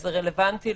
זה רלוונטי,